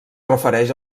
refereix